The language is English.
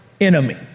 enemy